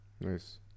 nice